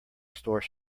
store